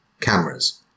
cameras